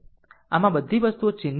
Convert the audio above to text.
આમ આ બધી વસ્તુઓ ચિહ્નિત થયેલ છે